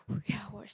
yeah I watched